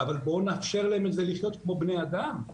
אבל בואו נאפשר להם את זה לחיות כמו בני אדם,